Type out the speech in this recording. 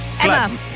Emma